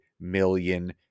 million